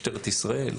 משטרת ישראל,